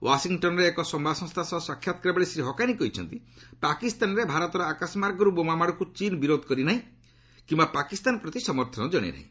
ୱାଶିଂଟନ୍ର ଏକ ସମ୍ବାଦ ସଂସ୍ଥା ସହ ସାକ୍ଷାତ ବେଳେ ଶ୍ରୀ ହକାନି କହିଛନ୍ତି ପାକିସ୍ତାନରେ ଭାରତର ଆକାଶମାର୍ଗରୁ ବୋମା ମାଡ଼କୁ ଚୀନ୍ ବିରୋଧ କରିନାହିଁ କିୟା ପାକିସ୍ତାନ ପ୍ରତି ସମର୍ଥନ ଜଣାଇନାହିଁ